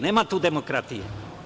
Nema tu demokratije.